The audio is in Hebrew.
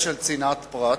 בשל צנעת הפרט,